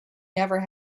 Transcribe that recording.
never